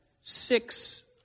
six